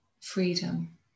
Freedom